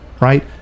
Right